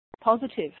positive